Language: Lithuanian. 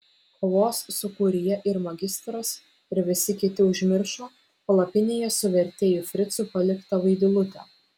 kovos sūkuryje ir magistras ir visi kiti užmiršo palapinėje su vertėju fricu paliktą vaidilutę